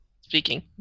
Speaking